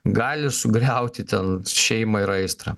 gali sugriauti ten šeimą ir aistrą